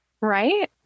right